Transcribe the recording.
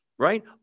right